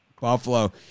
Buffalo